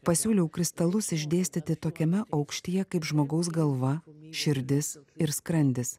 pasiūliau kristalus išdėstyti tokiame aukštyje kaip žmogaus galva širdis ir skrandis